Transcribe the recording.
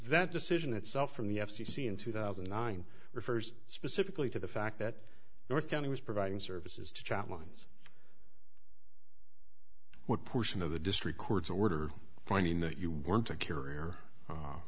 that decision itself from the f c c in two thousand and nine refers specifically to the fact that north county was providing services to chat lines what portion of the district court's order finding that you weren't a carrier